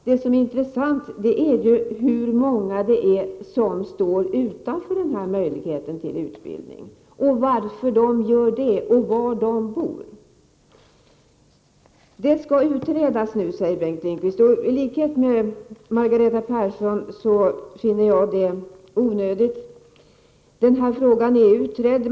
Det som är intressant är hur många det är som står utanför möjligheten till utbildning, varför de gör det och var de bor. Det skall utredas nu, säger Bengt Lindqvist. I likhet med Margareta Persson finner jag att det är onödigt, då denna fråga är utredd.